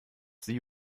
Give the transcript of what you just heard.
sie